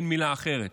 אין מילה אחרת,